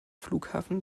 flughafen